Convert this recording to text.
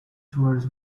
towards